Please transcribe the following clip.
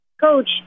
coach